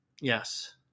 Yes